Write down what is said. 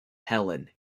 helen